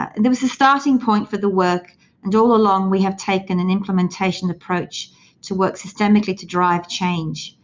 ah there was a starting point for the work and all along we have taken an implementation approach to work systemically to drive change.